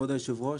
כבוד היושב-ראש,